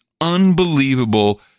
unbelievable